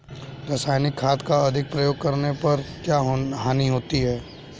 रासायनिक खाद का अधिक प्रयोग करने पर क्या हानि होती है?